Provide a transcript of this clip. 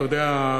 אתה יודע?